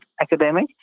academic